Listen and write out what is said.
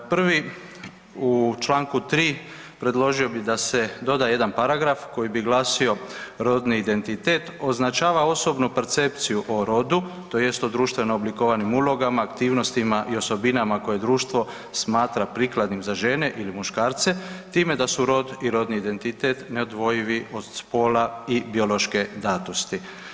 Prvi u članku 3. predložio bih da se doda jedan paragraf koji bi glasio rodni identitet označava osobnu percepciju o rodu tj. o društveno oblikovanim ulogama, aktivnostima i osobinama koje društvo smatra prikladnim za žene ili muškarce time da su rod i rodni identitet neodvojivi od spola i biološke datosti.